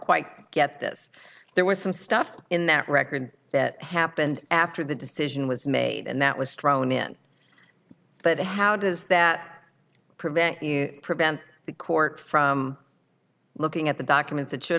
quite get this there was some stuff in that record that happened after the decision was made and that was thrown in but how does that prevent you prevent the court from looking at the documents it should